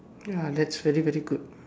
ya that's very very good